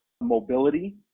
mobility